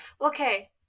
Okay